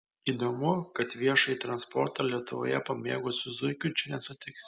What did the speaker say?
įdomu kad viešąjį transportą lietuvoje pamėgusių zuikių čia nesutiksi